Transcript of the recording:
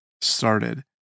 started